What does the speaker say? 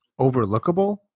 overlookable